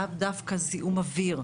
לאו דווקא זיהום אוויר.